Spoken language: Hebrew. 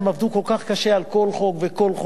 הם עבדו כל כך קשה על כל חוק וחוק,